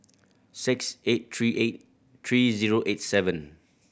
six eight three eight three zero eight seven